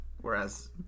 Whereas